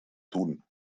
tun